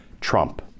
Trump